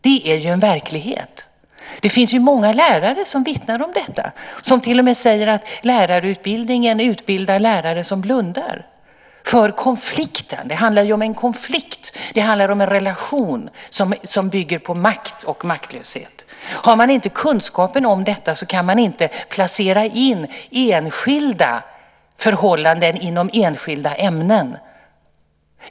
Det är en verklighet. Det finns många lärare som vittnar om detta och som till och med säger att lärarutbildningen utbildar lärare som blundar för konflikter. Det handlar ju om en konflikt. Det handlar om en relation som bygger på makt och maktlöshet. Har man inte kunskapen om detta kan man inte placera in enskilda förhållanden inom enskilda ämnen.